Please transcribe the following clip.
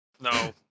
No